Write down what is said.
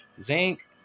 zinc